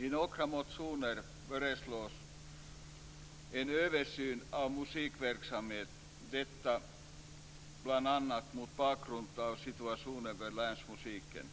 I några motioner föreslås en översyn av musikverksamheten - detta bl.a. mot bakgrund av situationen för länsmusiken.